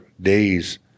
days